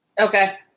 Okay